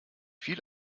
viel